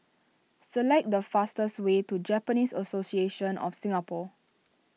select the fastest way to Japanese Association of Singapore